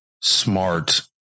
Smart